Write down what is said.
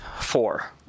four